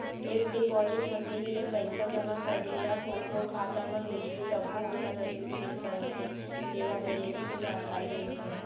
cash deposit machine ले पइसा जमा करबे या कोकरो खाता म भेजबे तभो ओकर रसीद निकलथे जेमा बेलेंस के जानकारी रइथे